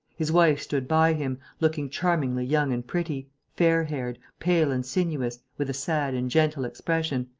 his wife stood by him, looking charmingly young and pretty, fair-haired, pale and sinuous, with a sad and gentle expression,